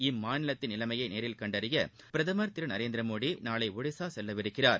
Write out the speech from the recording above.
இம்மாநிலத்தின் நிலைமைய நேரில் கண்டறிய பிரதமர் திரு நரேந்திரமோடி நாளை ஒடிசா செல்லவிருக்கிறார்